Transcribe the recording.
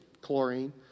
chlorine